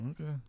Okay